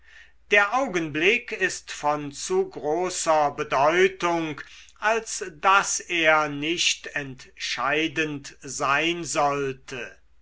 der augenblick ist von zu großer bedeutung als daß er nicht entscheidend sein sollte